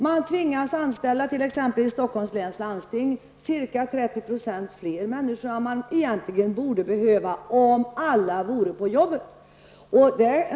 Man tvingas anställa -- t.ex. i Stockholms läns landsting -- ca 30 % fler människor än man egentligen borde behöva om alla vore på jobbet.